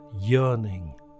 yearning